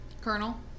Colonel